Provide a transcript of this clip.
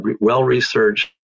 well-researched